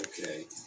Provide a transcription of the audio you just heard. Okay